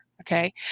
Okay